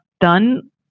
done